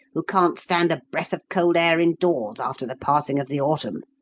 who can't stand a breath of cold air indoors after the passing of the autumn.